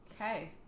Okay